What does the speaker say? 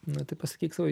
nu tai pasakyk savo